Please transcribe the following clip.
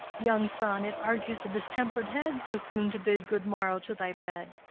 young son, it argues a distempered head so soon to bid good morrow to thy bed.